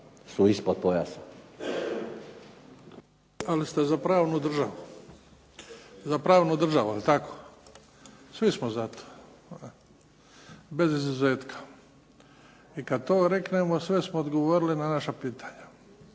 Ali ste za pravnu državu, jel tako. Svi smo za to. Bez izuzetka. I kada to reknemo sve smo odgovorili na naša pitanja.